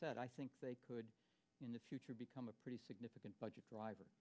said i think they could in the future become a pretty significant budget driver